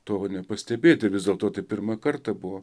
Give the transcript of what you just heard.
to nepastebėti vis dėlto tai pirmą kartą buvo